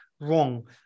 wrong